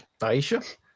Aisha